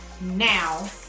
now